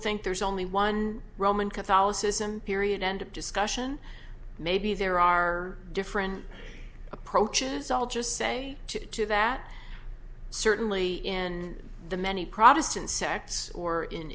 think there's only one roman catholicism period end of discussion maybe there are different approaches i'll just say that certainly in the many protestant sects or in